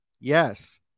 Yes